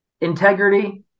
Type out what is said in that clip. Integrity